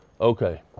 Okay